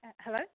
Hello